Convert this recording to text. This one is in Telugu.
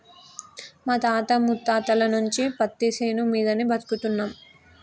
మా తాత ముత్తాతల నుంచి పత్తిశేను మీదనే బతుకుతున్నం